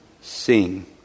sing